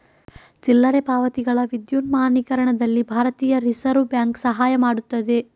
ಚಿಲ್ಲರೆ ಪಾವತಿಗಳ ವಿದ್ಯುನ್ಮಾನೀಕರಣದಲ್ಲಿ ಭಾರತೀಯ ರಿಸರ್ವ್ ಬ್ಯಾಂಕ್ ಸಹಾಯ ಮಾಡುತ್ತದೆ